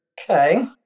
Okay